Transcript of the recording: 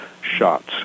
shots